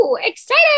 Excited